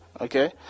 okay